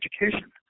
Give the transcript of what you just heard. education